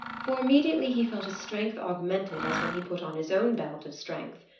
for immediately he felt his strength augmented as when he put on his own belt of strength.